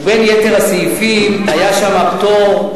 ובין יתר הסעיפים, היה שם פטור,